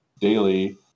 daily